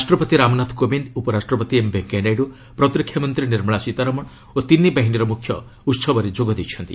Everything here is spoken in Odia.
ରାଷ୍ଟ୍ରପତି ରାମନାଥ କୋବିନ୍ଦ ଉପରାଷ୍ଟ୍ରପତି ଏମ୍ ଭେଙ୍କୟା ନାଇଡୁ ପ୍ରତିରକ୍ଷା ମନ୍ତ୍ରୀ ନିର୍ମଳା ସୀତାରମଣ ଓ ତିନି ବାହିନୀର ମୁଖ୍ୟ ଉସବରେ ଯୋଗ ଦେଇଛନ୍ତି